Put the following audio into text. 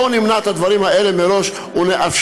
בואו נמנע את הדברים האלה מראש ונאפשר